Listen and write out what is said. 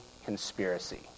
conspiracy